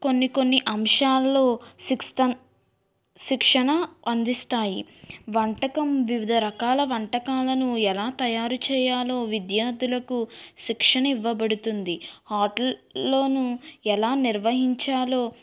కొన్ని కొన్ని అంశాల్లో సిస్టమ్ శిక్షణ అందిస్తాయి వంటకం వివిధ రకాల వంటకాలను ఎలా తయారు చేయాలో విద్యార్థులకు శిక్షణ ఇవ్వబడుతుంది హోటల్లోను ఎలా నిర్వహించాలో